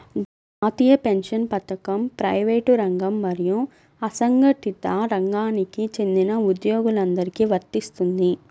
జాతీయ పెన్షన్ పథకం ప్రైవేటు రంగం మరియు అసంఘటిత రంగానికి చెందిన ఉద్యోగులందరికీ వర్తిస్తుంది